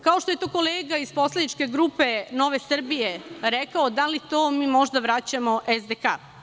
Kao što je to kolega iz poslaničke grupe Nove Srbije rekao, da li mi to možda vraćamo SDK?